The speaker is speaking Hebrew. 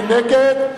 מי נגד?